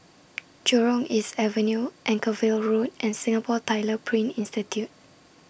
Jurong East Avenue Anchorvale Road and Singapore Tyler Print Institute